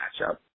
matchup